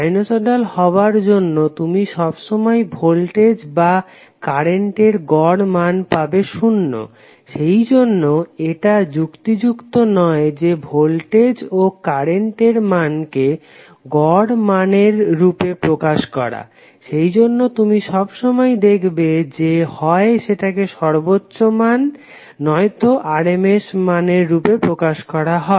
sinusoidal হবার জন্য তুমি সবসময়ই ভোল্টেজ বা কারেন্টের গড় মান পাবে শূন্য সেইজন্য এটা যুক্তিযুক্ত নয় যে ভোল্টেজ ও কারেন্টের মানকে গড় মানের রূপে প্রকাশ করা সেইজন্য তুমি সবসময়ই দেখবে যে হয় সেটাকে সর্বোচ্চ মান নয়তো RMS মানের রূপে প্রকাশ করা হয়